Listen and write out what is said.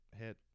hit